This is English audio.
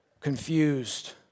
confused